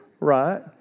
Right